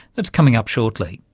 that's coming up shortly.